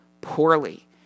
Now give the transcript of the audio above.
poorly